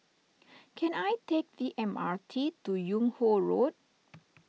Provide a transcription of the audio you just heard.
can I take the M R T to Yung Ho Road